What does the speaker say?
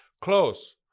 Close